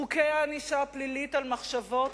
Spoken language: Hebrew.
חוקי הענישה הפלילית על מחשבות,